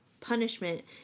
punishment